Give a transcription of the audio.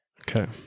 Okay